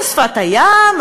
על שפת הים.